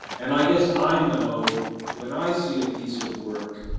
and i guess i know when i see a piece of work,